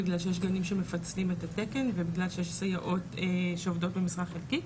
בגלל שיש גנים שמפצלים את התקן ובגלל שיש סייעות שעובדות במשרה חלקית.